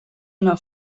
una